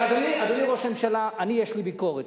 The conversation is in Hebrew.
אבל, אדוני ראש הממשלה, אני, יש לי ביקורת.